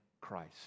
Christ